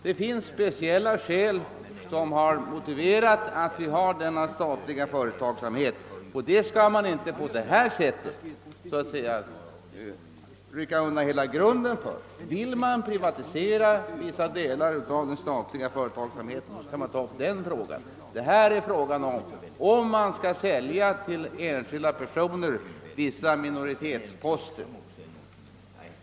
Det finns speciella skäl som motiverat att vi bedriver denna statliga företagsamhet, och man skall då inte på sätt som sker rycka undan hela grunden för detta. Vill man privatisera vissa delar av den statliga företagsamheten, skall man ta upp just den saken. Men här är det fråga om huruvida man till enskilda personer skall sälja vissa minoritetsposter.